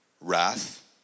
wrath